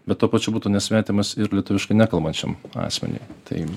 bet tuo pačiu būtų nesvetimas ir lietuviškai nekalbančiam asmeniui tai